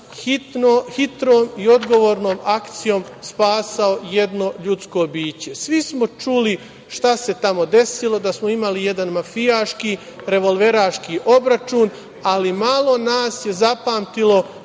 hitrom i odgovornom akcijom spasao jedno ljudsko biće. Svi smo čuli šta se tamo desilo, da smo imali jedan mafijaški, revolveraški obračun, ali malo nas je zapamtilo